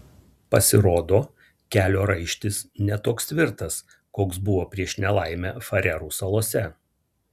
pasirodo kelio raištis ne toks tvirtas koks buvo prieš nelaimę farerų salose